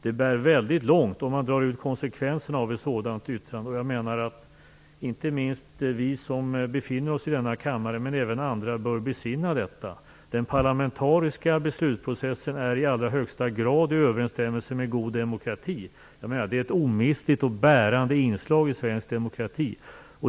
Det bär väldigt långt om man drar ut konsekvenserna av ett sådant yttrande, och jag menar att inte minst vi som befinner oss i denna kammare - men även andra - bör besinna detta. Den parlamentariska beslutsprocessen är i allra högsta grad i överensstämmelse med god demokrati. Jag menar att det är ett omistligt och bärande inslag i svensk demokrati.